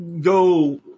go